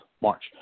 March